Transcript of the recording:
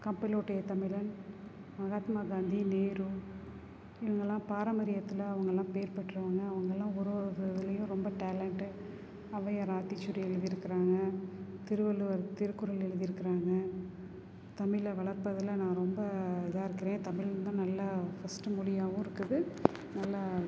கப்பலோட்டிய தமிழன் மகாத்மா காந்தி நேரு இவங்களாம் பாரம்பரியத்தில் அவங்கள்லாம் பேர் பெற்றவங்க அவங்கள்லாம் ஒரு ஒரு இது இதுலேயும் ரொம்ப டேலண்ட் ஔவையார் ஆத்திச்சூடி எழுதியிருக்கறாங்க திருவள்ளுவர் திருக்குறள் எழுதியிருக்கறாங்க தமிழை வளர்ப்பதில் நான் ரொம்ப இதாக இருக்கிறேன் தமிழ் தான் நல்லா ஃபர்ஸ்ட்டு மொழியாகவும் இருக்குது நல்லா